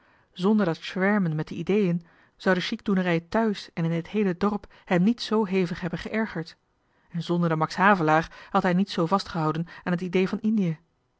zonder dat schwärmen met de ideeën zouden de chicdoenerij thuis en in het heele dorp hem niet zoo hevig hebben geërgerd en zonder de max havelaar had hij niet zoo vastgehouden aan het idee van indië